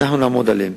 אנחנו נעמוד עליהם.